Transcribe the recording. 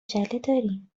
دارین